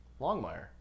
Longmire